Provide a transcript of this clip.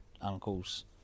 uncles